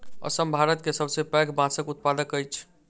असम भारत के सबसे पैघ बांसक उत्पादक अछि